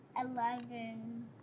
Eleven